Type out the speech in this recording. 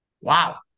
Wow